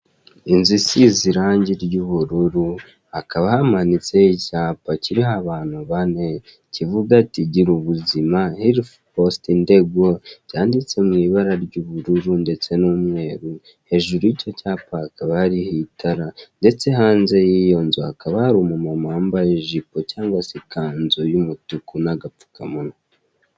Inzu isize irange ry'ubururu hakaba hamanitseho kiriho abantu bane kivuga ati gira ubuzima helifu positi ndego byanditse mu ibara ry'ubururu ndetse n'umweru hejuru y'icyo cyapa hakaba hari itara ndetse hanze y'iyo nzu umumama wambaye ijipo y'ubururu cyangwa se ikanzu n'agapfukamunwa.